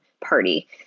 party